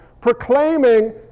proclaiming